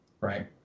right